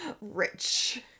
rich